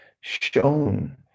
shown